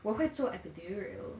我会做 epidural